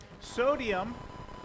Sodium